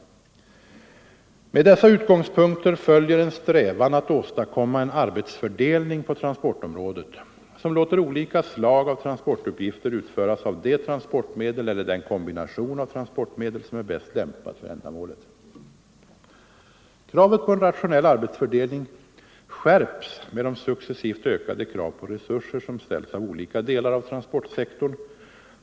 Tisdagen den Med dessa utgångspunkter följer en strävan att åstadkomma en ar 26 november 1974 betsfördelning på transportområdet, som låter olika slag av transport= = uppgifter utföras av det transportmedel — eller den kombination av trans — Ang. nedläggningen portmedel — som är bäst lämpad för ändamålet. av olönsam Kravet på en rationell arbetsfördelning skärps med de successivt ökade järnvägstrafik, krav på resurser som ställs av olika delar av transportsektorn.